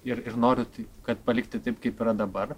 ir ir noriu tai kad palikti taip kaip yra dabar